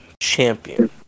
champion